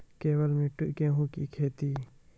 केवल मिट्टी गेहूँ की खेती?